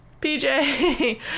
PJ